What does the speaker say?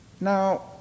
Now